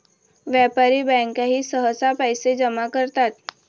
व्यापारी बँकाही सहसा पैसे जमा करतात